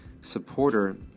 supporter